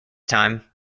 time